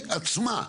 היא עצמה.